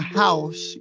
house